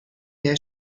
der